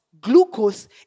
glucose